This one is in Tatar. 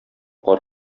кар